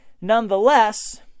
nonetheless